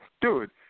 Dude